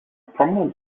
prominent